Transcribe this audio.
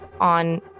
on